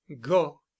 go